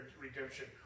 redemption